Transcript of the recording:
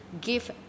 give